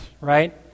right